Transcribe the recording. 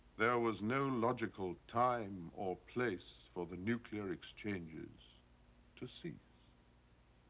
there was no logical time or place for the nuclear exchanges to cease